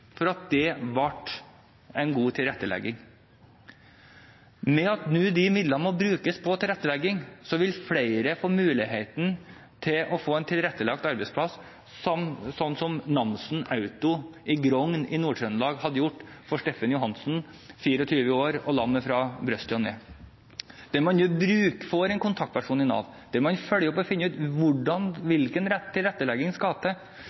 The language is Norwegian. for at det ble en god tilrettelegging. Ved at midlene nå må brukes til tilrettelegging, vil flere få mulighet til å få en tilrettelagt arbeidsplass, sånn som Namsen auto i Grong i Nord-Trøndelag gjorde for Steffen Johansen, 24 år og lam fra brystet og ned. Man får en kontaktperson i Nav, der man følger opp og finner ut hvilken tilrettelegging som skal til.